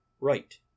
Right